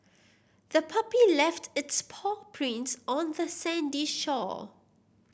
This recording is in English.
the puppy left its paw prints on the sandy shore